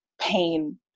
pain